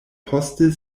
poste